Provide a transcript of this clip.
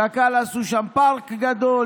קק"ל עשו שם פארק גדול,